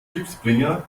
glücksbringer